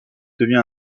devient